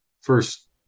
first